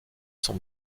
son